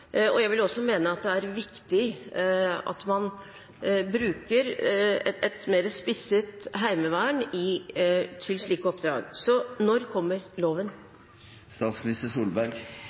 Jeg vil også mene at det er viktig at man bruker et mer spisset heimevern til slike oppdrag. Så når kommer